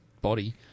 body